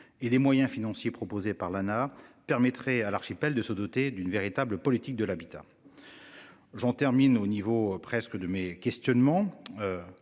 et les moyens financiers proposés par l'Anaes permettrait à l'archipel de se doter d'une véritable politique de l'habitat. J'en termine au niveau presque de mes questionnements.